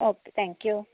okay thank you